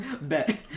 Bet